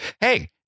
Hey